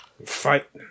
fight